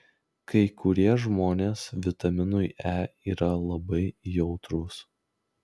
kai kurie žmonės vitaminui e yra labai jautrūs